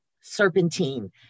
serpentine